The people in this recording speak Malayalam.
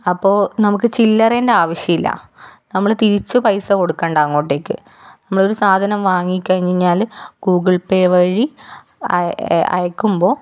അപ്പോൾ നമുക്ക് ചില്ലറേൻ്റെ ആവശ്യമില്ല നമ്മൾ തിരിച്ചു പൈസ കൊടുക്കേണ്ട അങ്ങോട്ടേക്ക് നമ്മളൊരു സാധനം വാങ്ങിക്കഴിഞ്ഞു കഴിഞ്ഞാൽ ഗൂഗിൾ പേ വഴി അയക്കുമ്പോൾ